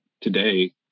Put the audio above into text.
today